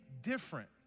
different